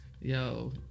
yo